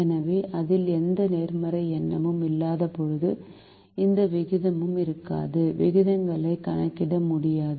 எனவே அதில் எந்த நேர்மறை எண்ணும் இல்லாதபோது எந்த விகிதமும் இருக்காது விகிதங்களை கணக்கிட முடியாது